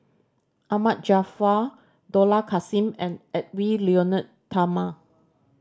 Ahmad Jaafar Dollah Kassim and Edwy Lyonet Talma